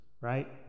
Right